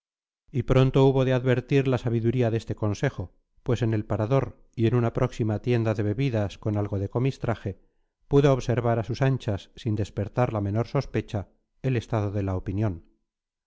y pronto hubo de advertir la sabiduría de este consejo pues en el parador y en una próxima tienda de bebidas con algo de comistraje pudo observar a sus anchas sin despertar la menor sospecha el estado de la opinión